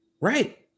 Right